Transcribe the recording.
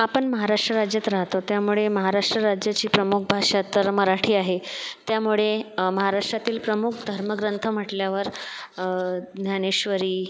आपण महाराष्ट्र राज्यात राहतो त्यामुळे महाराष्ट्र राज्याची प्रमुख भाषा तर मराठी आहे त्यामुळे महाराष्ट्रातील प्रमुख धर्मग्रंथ म्हटल्यावर ज्ञानेश्वरी